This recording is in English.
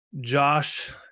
Josh